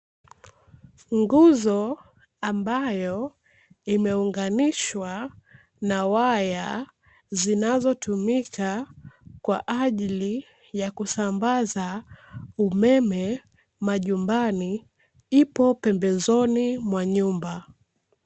Nguzo ambayo imeunganishwa na waya zinazotumika kwa ajili ya kusambaza umeme majumbani ipo pembezoni mwa nyumba.